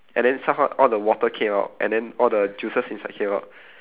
and then somehow all the water came out and then all the juices inside came out